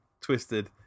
twisted